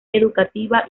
educativa